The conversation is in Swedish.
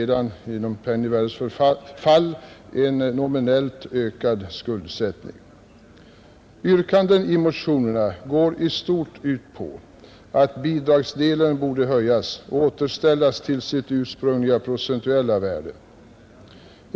kan genom penningvärdets fall också följa en nominellt ökad skuldsättning. Yrkandena i motionerna går ut på att bidragsdelen borde höjas och återställas till sitt ursprungliga procentuella värde.